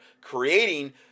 creating